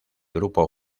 grupo